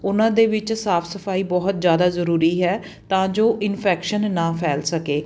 ਉਨ੍ਹਾਂ ਦੇ ਵਿੱਚ ਸਾਫ਼ ਸਫ਼ਾਈ ਬਹੁਤ ਜ਼ਿਆਦਾ ਜ਼ਰੂਰੀ ਹੈ ਤਾਂ ਜੋ ਇਨਫੈਕਸ਼ਨ ਨਾ ਫੈਲ ਸਕੇ